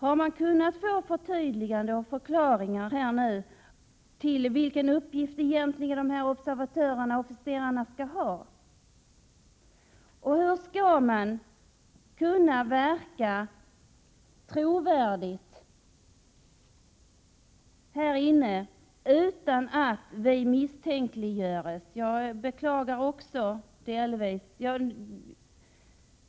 Har man fått förtydliganden och förklaringar när det gäller vilken uppgift som dessa officerare egentligen skall ha som observatörer? Hur skall man på ett trovärdigt sätt och utan att misstänkliggöras kunna verka inne i landet?